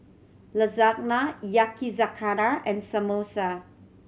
Lasagna Yakizakana and Samosa